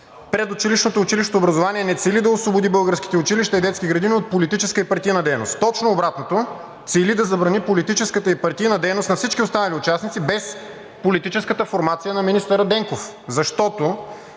предучилищното и училищното образование не цели да освободи българските училища и детски градини от политическа и партийна дейност. Точно обратното – цели да забрани политическата и партийната дейност на всички останали участници, без политическата формация на министър Денков, защото,